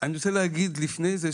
אני רוצה להגיד לפני זה,